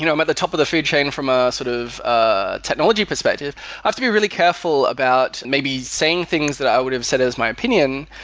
you know i'm at the top of the food chain from a sort of ah technology perspective. i have to be really careful about maybe saying things that i would've said as my opinion,